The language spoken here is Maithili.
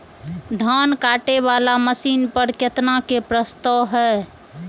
धान काटे वाला मशीन पर केतना के प्रस्ताव हय?